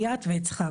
סייעת והצחקת,